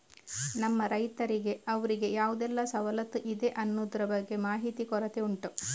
ನಮ್ಮ ರೈತರಿಗೆ ಅವ್ರಿಗೆ ಯಾವುದೆಲ್ಲ ಸವಲತ್ತು ಇದೆ ಅನ್ನುದ್ರ ಬಗ್ಗೆ ಮಾಹಿತಿ ಕೊರತೆ ಉಂಟು